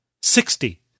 Sixty